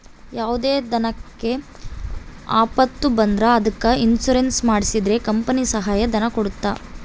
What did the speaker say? ಯಾವುದೇ ದನಕ್ಕೆ ಆಪತ್ತು ಬಂದ್ರ ಅದಕ್ಕೆ ಇನ್ಸೂರೆನ್ಸ್ ಮಾಡ್ಸಿದ್ರೆ ಕಂಪನಿ ಸಹಾಯ ಧನ ಕೊಡ್ತದ